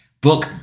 book